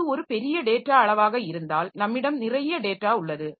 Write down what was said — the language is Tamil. அது ஒரு பெரிய டேட்டா அளவாக இருந்தால் நம்மிடம் நிறைய டேட்டா உள்ளது